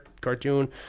cartoon